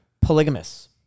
polygamous